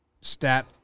stat